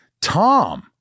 tom